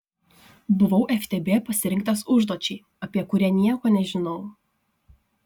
buvau ftb pasirinktas užduočiai apie kurią nieko nežinau